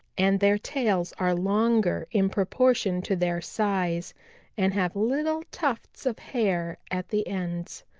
and their tails are longer in proportion to their size and have little tufts of hair at the ends.